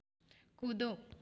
कूदो